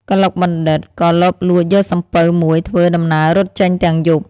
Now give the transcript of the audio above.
កឡុកបណ្ឌិត ក៏លបលួចយកសំពៅមួយ ធ្វើ ដំណើររត់ចេញទាំងយប់ ។